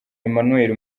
emmanuel